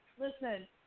listen